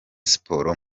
siporo